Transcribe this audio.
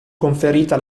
conferita